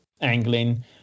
angling